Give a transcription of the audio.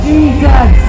Jesus